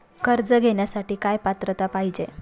कर्ज घेण्यासाठी काय पात्रता पाहिजे?